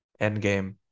Endgame